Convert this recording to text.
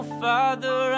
father